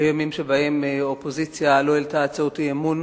היו ימים שבהם אופוזיציה לא העלתה הצעות אי-אמון